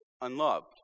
unloved